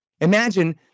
Imagine